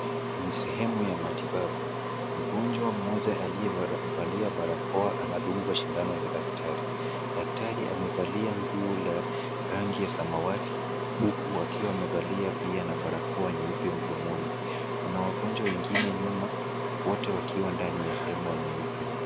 Ni sehemu ya matibabu. Mgonjwa mmoja aliyevalia barakoa anadungwa sindano na daktari. Daktari amevalia nguo la rangi ya samawati huku akiwa amevalia pia na barakoa nyeupe mdomoni. Kuna wagonjwa wengine nyuma wote wakiwa ndani ya hema nyeupe.